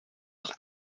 auch